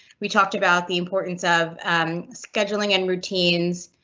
we talked about the importance of scheduling and routines.